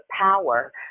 power